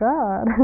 God